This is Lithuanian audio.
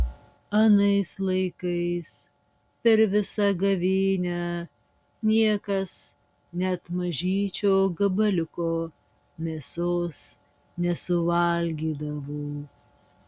anais laikais per visą gavėnią niekas net mažyčio gabaliuko mėsos nesuvalgydavo